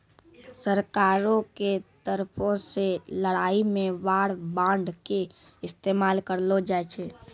सरकारो के तरफो से लड़ाई मे वार बांड के इस्तेमाल करलो जाय छै